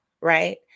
right